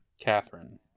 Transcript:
Catherine